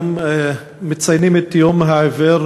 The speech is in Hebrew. היום מציינים בכנסת את יום העיוור,